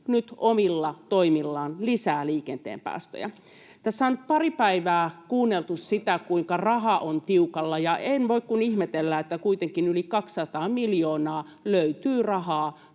Ronkainen: Alentaa kustannuksia!] Tässä on nyt pari päivää kuunneltu sitä, kuinka raha on tiukalla, ja en voi kuin ihmetellä, että kuitenkin yli 200 miljoonaa löytyy rahaa